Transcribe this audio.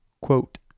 quote